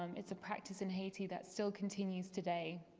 um it's a practice in haiti that still continues today.